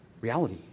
reality